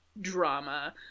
drama